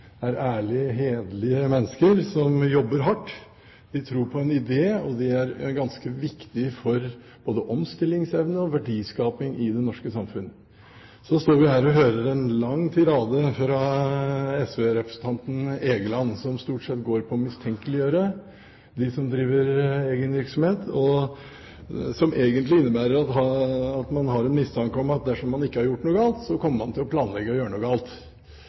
tror på en idé, og det er ganske viktig både for omstillingsevne og verdiskaping i det norske samfunnet. Så står vi her og hører en lang tirade fra SV-representanten Egeland, som stort sett går på å mistenkeliggjøre dem som driver egen virksomhet, og som egentlig innebærer at man har en mistanke om at dersom de ikke har gjort noe galt, kommer de til å planlegge å gjøre noe